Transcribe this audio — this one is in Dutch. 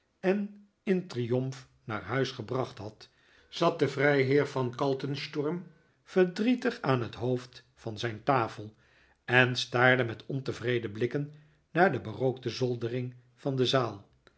en in triomf naar huis gebracht had zat de vrijheer von kaltensturm verdrietig aan het hoofd van zijn tafel en staarde met ontevreden blikken naar de berookte zoldering van de zaal